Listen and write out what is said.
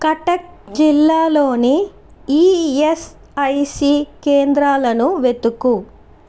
కటక్ జిల్లాలోని ఈఎస్ఐసీ కేంద్రాలను వెతుకు